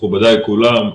מכובדיי כולם.